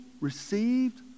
received